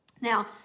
Now